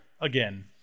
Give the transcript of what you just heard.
again